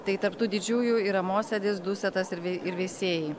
tai tarp tų didžiųjų yra mosėdis dusetas ir vei ir veisiejai